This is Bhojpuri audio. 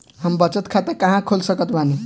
हम बचत खाता कहां खोल सकत बानी?